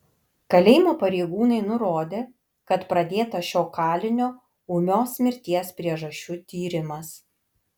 kalėjimo pareigūnai nurodė kad pradėtas šio kalinio ūmios mirties priežasčių tyrimas